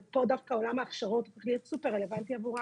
ופה דווקא עולם ההכשרות הופך להיות סופר רלוונטי עבורם